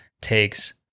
takes